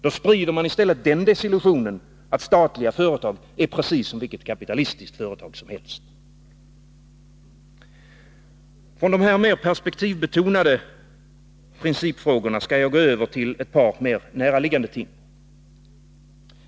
Då sprider man i stället desillusionen att statliga företag är precis som vilka kapitalistiska företag som helst. Från dessa mer perspektivbetonade principfrågor skall jag gå över till ett par mer närliggande ting.